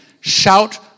shout